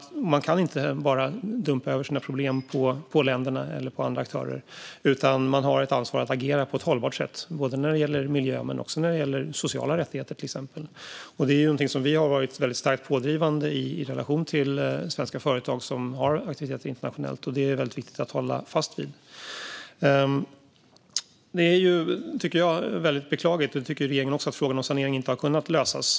Man kan inte bara dumpa sina problem på de länderna eller på andra aktörer, utan man har ett ansvar att agera på ett hållbart sätt när det gäller miljö men också när det gäller till exempel sociala rättigheter. Det är något som vi varit starkt pådrivande för i relation till svenska företag som har aktiviteter internationellt och något som det är viktigt att hålla fast vid. Det är väldigt beklagligt, tycker jag och även regeringen, att frågan om sanering inte har kunnat lösas.